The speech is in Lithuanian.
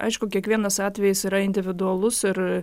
aišku kiekvienas atvejis yra individualus ir